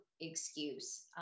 excuse